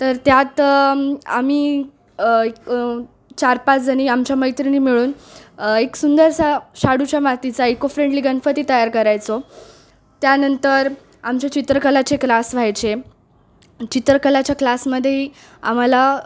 तर त्यात आम्ही एक चार पाच जणी आमच्या मैत्रिणी मिळून एक सुंदरसा शाडूच्या मातीचा इको फ्रेंडली गणपती तयार करायचो त्यानंतर आमचे चित्रकलाचे क्लास व्हायचे चित्रकलाच्या क्लासमध्येही आम्हाला